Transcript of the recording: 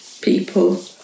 people